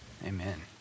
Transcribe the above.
Amen